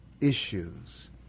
issues